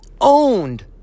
owned